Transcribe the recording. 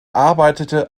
arbeitete